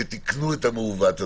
שתיקנו את המעוות הזה.